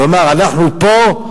כלומר, אנחנו פה,